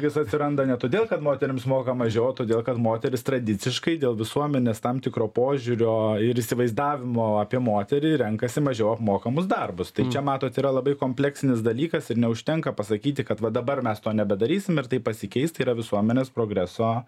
jis atsiranda ne todėl kad moterims moka mažiau o todėl kad moterys tradiciškai dėl visuomenės tam tikro požiūrio ir įsivaizdavimo apie moterį renkasi mažiau apmokamus darbus čia matot yra labai kompleksinis dalykas ir neužtenka pasakyti kad va dabar mes to nebedarysim ir tai pasikeis tai yra visuomenės progreso